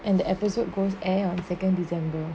and the episode goes air on second december